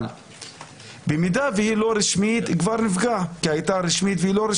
אבל ברגע שהיא לא רשמית מעמדה כבר נפגע כי היא הייתה רשמית והיא כבר לא,